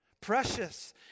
Precious